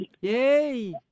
Yay